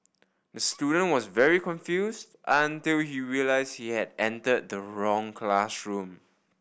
the student was very confused until he realised he had entered the wrong classroom